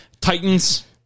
Titans